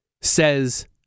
says